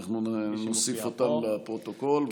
אנחנו נוסיף אותם לפרוטוקול.